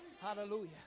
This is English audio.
Hallelujah